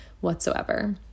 whatsoever